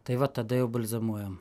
tai va tada jau balzamuojam